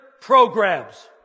programs